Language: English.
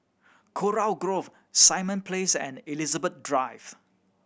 Kurau Grove Simon Place and Elizabeth Drive